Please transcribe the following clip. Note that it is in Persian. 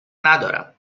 ندارم